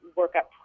workup